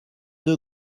deux